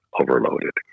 overloaded